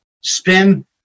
Spin